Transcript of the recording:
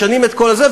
משנים את כל זה,